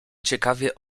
ciekawie